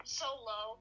solo